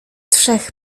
trzech